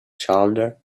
shoulder